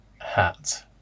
hat